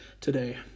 today